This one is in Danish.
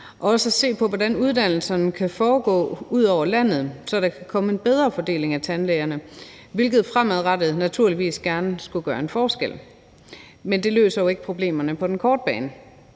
at se på, hvordan uddannelsen kan foregå ude omkring i landet, så der kan komme en bedre fordeling af tandlægerne, hvilket fremadrettet naturligvis gerne skulle gøre en forskel. Men det løser jo ikke problemerne på den korte bane.